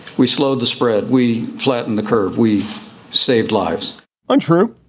we slow the spread. we flatten the curve. we saved lives untrue.